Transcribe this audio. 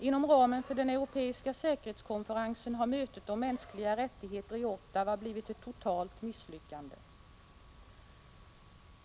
Inom ramen för den europeiska säkerhetskonferensen har mötet om mänskliga rättigheter i Ottawa blivit ett totalt misslyckande.